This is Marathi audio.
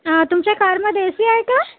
तुमच्या कारमध्ये ए सी आहे का